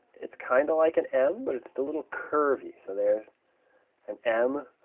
it's kind of like an m but it's a little curvy. so there's an m,